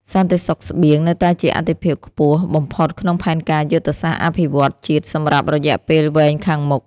សន្តិសុខស្បៀងនៅតែជាអាទិភាពខ្ពស់បំផុតក្នុងផែនការយុទ្ធសាស្ត្រអភិវឌ្ឍន៍ជាតិសម្រាប់រយៈពេលវែងខាងមុខ។